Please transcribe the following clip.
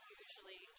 usually